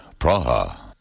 Praha